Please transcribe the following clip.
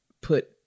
put